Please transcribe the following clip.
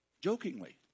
jokingly